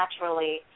naturally